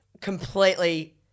completely